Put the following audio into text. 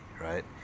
right